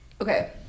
Okay